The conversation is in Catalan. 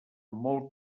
molt